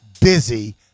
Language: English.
busy